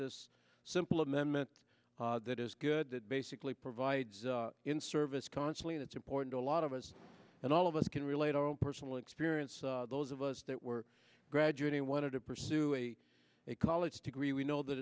this simple amendment that is good that basically provides in service constantly that's important to a lot of us and all of us can relate our own personal experience those of us that were graduating wanted to pursue a college degree we know that